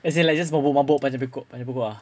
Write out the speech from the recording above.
as in like just mabuk mabuk panjat pokok panjat pokok ah